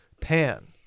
pan